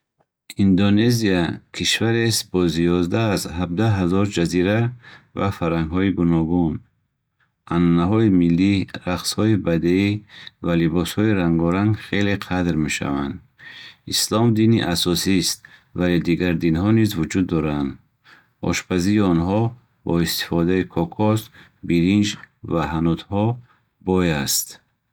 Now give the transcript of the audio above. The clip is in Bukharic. Индонезия кишварест бо зиёда аз ҳабдаҳ ҳазор ҷазира ва фарҳангҳои гуногун. Анъанаҳои маҳаллӣ, рақсҳои бадеӣ ва либосҳои рангоранг хеле қадр мешаванд. Ислом дини асосист, вале дигар динҳо низ вуҷуд доранд. Ошпазии онҳо бо истифодаи кокос, биринҷ ва ҳанутҳо бой аст.